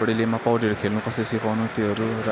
बुडेलीमा पौडीहरू खेल्नु कसरी सिकाउनु त्योहरू र